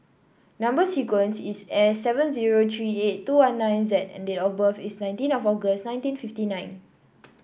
number sequence is S seven zero three eight two one nine Z and date of birth is nineteen of August nineteen fifty nine